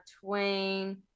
Twain